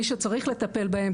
מי שצריך לטפל בהן,